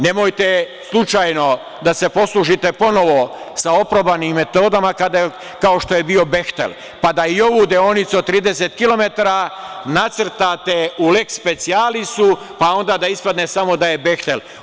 Nemojte slučajno da se poslužite ponovo sa oprobanim metodama kao što je bio „Behtel“, pa da i ovu deonicu od 30 km nacrtate u leks specijalisu, pa onda ispadne onda samo da je „Behtel“